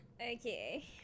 Okay